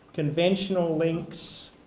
conventional links,